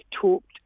talked